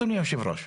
אדוני יושב הראש.